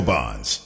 Bonds